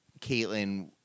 Caitlin